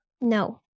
No